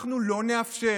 אנחנו לא נאפשר